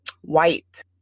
white